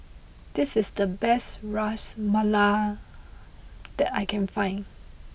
this is the best Ras Malai that I can find